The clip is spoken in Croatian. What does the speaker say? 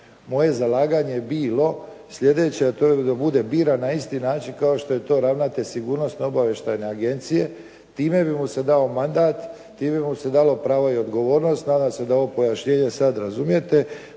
Moje zalaganje je bilo sljedeće, a to je da bude biran na isti način kao što je to ravnatelj sigurnosno obavještajne agencije, time bi mu se dao mandat, time bi mu se dalo pravo na odgovornost. Nadam se da ovo pojašnjenje sada razumijete.